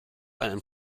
einen